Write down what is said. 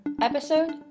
episode